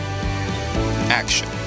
Action